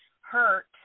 hurt